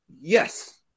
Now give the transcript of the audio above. Yes